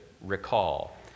recall